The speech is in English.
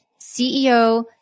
CEO